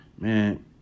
man